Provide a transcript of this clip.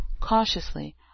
Cautiously